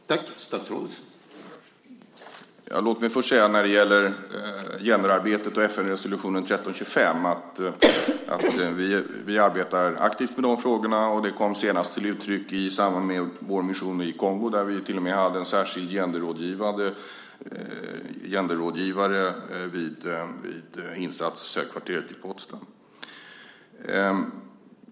Herr talman! Låt mig först när det gäller genderarbetet och FN-resolutionen 1325 säga att vi arbetar aktivt med dessa frågor, och det kom senast till uttryck i samband med vår mission i Kongo där vi till och med hade en särskild genderrådgivare vid insatshögkvarteret.